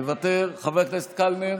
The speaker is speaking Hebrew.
מוותר, חבר הכנסת קלנר,